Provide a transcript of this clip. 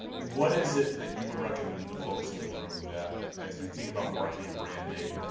what is it that you would recommend to folks in the room that as you think about marketing and branding,